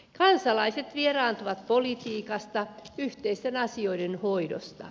kansalaiset vieraantuvat politiikasta yhteisten asioiden hoidosta